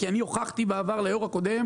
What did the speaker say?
כי אני הוכחתי בעבר ליושב-ראש הקודם,